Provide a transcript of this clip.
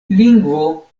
lingvo